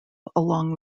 along